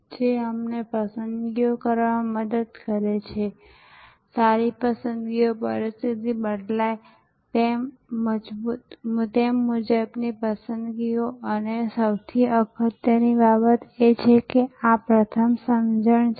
કારણ કે આ એક આધુનિક રૂઢિપ્રયોગ છે જે અમે પહેલેથી જ રજૂ કર્યો છે આ મૂલ્ય નક્ષત્ર અને મૂલ્ય નેટવર્ક્સ અથવા સેવાઓમાં મૂલ્ય નિર્માણના નેટવર્ક દૃશ્યનો સંપૂર્ણ ખ્યાલ છે